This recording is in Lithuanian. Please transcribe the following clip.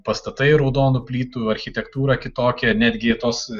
pastatai raudonų plytų architektūra kitokia netgi tos